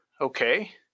Okay